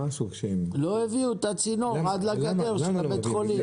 לא הביאו את הצינור עד לגדר של הבית חולים.